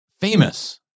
Famous